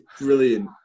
brilliant